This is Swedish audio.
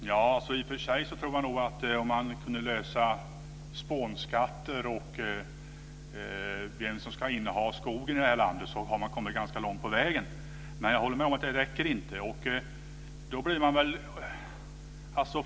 Fru talman! I och för sig tror jag nog att man, om man kunde lösa frågan om spånskatter och vem som ska inneha skogen i det här landet, skulle komma ganska långt på vägen. Men jag håller med om att det inte räcker.